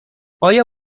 آیا